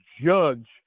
judge